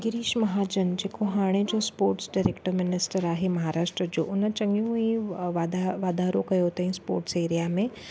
गिरीश महाजन जेको हाणे जो स्पोर्ट्स डाइरेक्टर मिनिस्टर आहे महाराष्ट्र जो उन चङियूं ई वाधा वाधारो कयो थईं स्पोर्ट्स एरिआ में